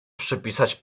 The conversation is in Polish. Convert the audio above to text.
przypisać